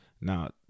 Now